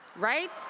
right?